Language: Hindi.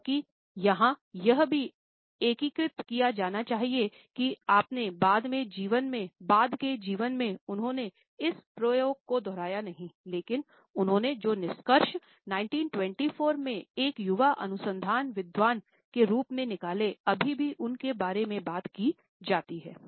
हालांकि यहां यह भी एकीकृत किया जाना चाहिए कि अपने बाद के जीवन में उन्होंने इस प्रयोग को दोहराया नहीं लेकिन उन्होंने जो निष्कर्ष 1924 में एक युवा अनुसंधान विद्वान के रूप में निकाले अभी भी उन के बारे में बात की जाती है